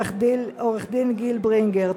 עורך-הדין גיל ברינגר.